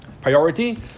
priority